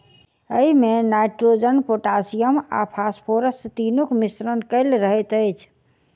एहिमे nitrogen, potassium आ phosphorus तीनूक मिश्रण कएल रहैत अछि